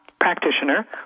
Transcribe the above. practitioner